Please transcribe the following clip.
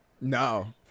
No